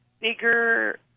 bigger